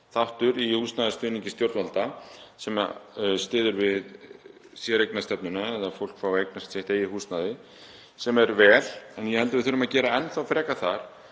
þáttur í húsnæðisstuðningi stjórnvalda sem styður við séreignarstefnuna, eða að fólk fái að eignast sitt eigið húsnæði, sem er vel en ég held að við þurfum að gera enn þá betur þar.